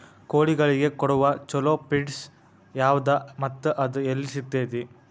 ಕೋಳಿಗಳಿಗೆ ಕೊಡುವ ಛಲೋ ಪಿಡ್ಸ್ ಯಾವದ ಮತ್ತ ಅದ ಎಲ್ಲಿ ಸಿಗತೇತಿ?